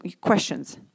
questions